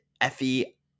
Effie